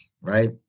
right